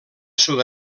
sud